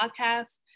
podcast